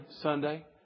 Sunday